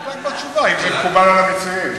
אם זה מקובל על המציעים.